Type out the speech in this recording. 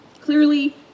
clearly